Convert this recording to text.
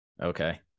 Okay